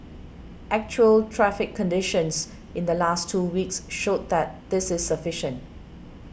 actual traffic conditions in the last two weeks showed that this is sufficient